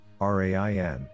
RAIN